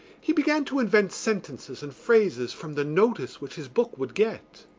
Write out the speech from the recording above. he began to invent sentences and phrases from the notice which his book would get.